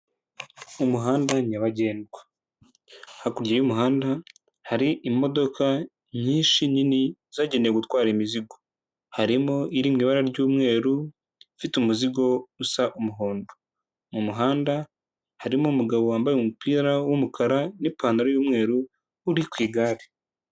Umuhanda nyabagendwa, hakurya y'umuhanda hari imodoka nyinshi nini zagenewe gutwara imizigo, harimo iri mu ibara ry'umweru ifite umuzigo usa umuhondo, mu muhanda harimo umugabo wambaye umupira w'umukara n'ipantaro y'umweru uri ku igare.